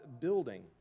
building